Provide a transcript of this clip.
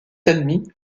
admis